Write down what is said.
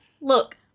Look